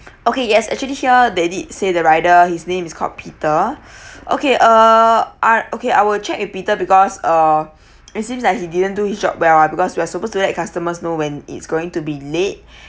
okay yes actually here they did say the rider his name is called peter okay uh I okay I will check with peter because uh it seems like he didn't do his job well ah because we're supposed to let customers know when it's going to be late